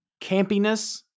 campiness